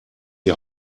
die